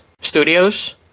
studios